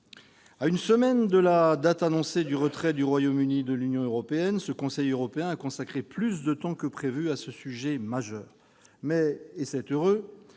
À une semaine de la date annoncée du retrait du Royaume-Uni de l'Union européenne, ce Conseil européen a consacré plus de temps que prévu à ce sujet majeur. Mais, c'est heureux,